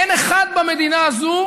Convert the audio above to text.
אין אחד במדינה הזאת